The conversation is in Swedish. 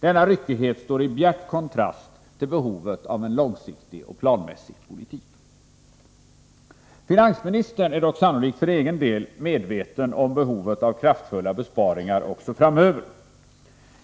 Denna ryckighet står i bjärt kontrast till behovet av en långsiktig och planmässig politik. Finansministern är dock sannolikt för egen del medveten om behovet av kraftfulla besparingar också framöver.